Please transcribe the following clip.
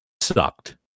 sucked